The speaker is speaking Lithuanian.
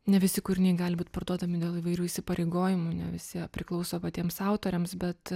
ne visi kūriniai gali būt parduodami dėl įvairių įsipareigojimų ne visi jie priklauso patiems autoriams bet